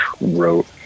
wrote